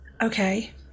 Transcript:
Okay